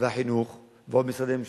והחינוך, ועוד משרדי ממשלה,